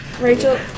Rachel